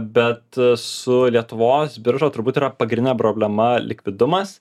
bet su lietuvos birža turbūt yra pagrindinė problema likvidumas